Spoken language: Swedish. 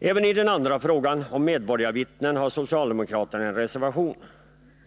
Även i den andra frågan, om medborgarvittnen, har socialdemokraterna en reservation.